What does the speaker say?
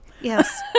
Yes